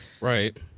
Right